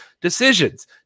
decisions